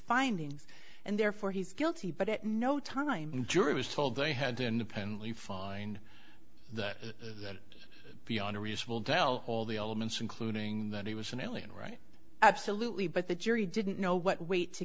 findings and therefore he's guilty but at no time in jury was told they had to independently find that beyond a reasonable tell all the elements including that he was an alien right absolutely but the jury didn't know what weight to